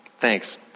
Thanks